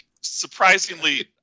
Surprisingly